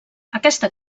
aquesta